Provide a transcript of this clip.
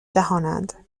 جهانند